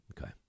Okay